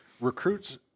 recruits